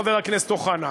חבר הכנסת אוחנה,